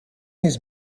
his